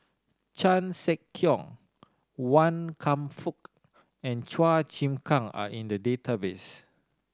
Chan Sek Keong Wan Kam Fook and Chua Chim Kang are in the database